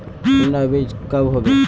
कुंडा बीज कब होबे?